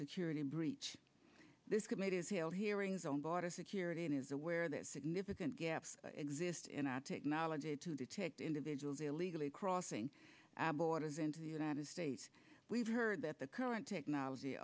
security breach this committee has held hearings on border security and is aware that significant gaps exist in our technology to detect individuals illegally crossing our borders into the united states we've heard that the current technology